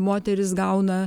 moteris gauna